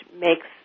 makes